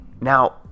now